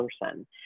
person